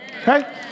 Okay